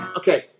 okay